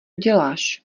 děláš